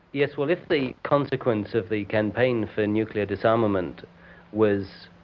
yes, well, if the consequence of the campaign for nuclear disarmament was,